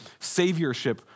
saviorship